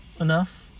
enough